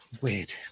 Weird